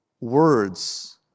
words